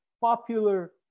popular